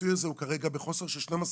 הכיסוי הזה הוא כרגע בחוסר של 12.5%,